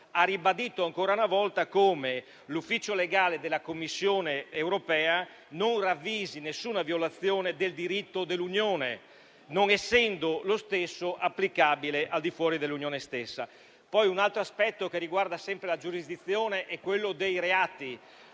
ha evidenziato ancora una volta come l'ufficio legale della Commissione europea non ravvisi alcuna violazione del diritto dell'Unione, non essendo lo stesso applicabile al di fuori di essa. Un altro aspetto che riguarda sempre la giurisdizione è quello relativo